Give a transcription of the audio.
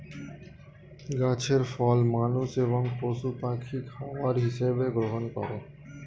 গাছের ফল মানুষ এবং পশু পাখি খাবার হিসাবে গ্রহণ করে